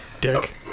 Dick